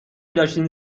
داشتین